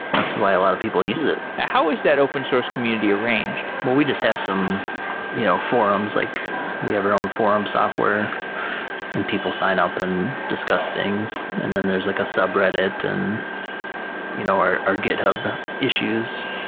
that's why a lot of people use it how is that open source community arranged? well, we just have some you know forums, like we have our own forum software and people signup and discuss things. and then there's like a sub-reddit and you know or github issues,